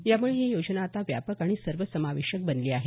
यामुळे ही योजना आता व्यापक आणि सर्वसमावेशक बनली आहे